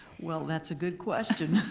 well that's a good question.